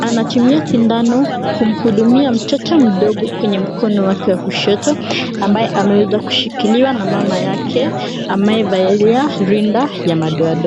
anatumia shindano kumhudumia mtoto mdogo, kwenye mkono wake wa kushoto ambaye ameweza kushikiliwa na mama yake ambaye amevalia rinda ya madoadoa.